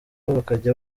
bakajya